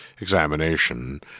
examination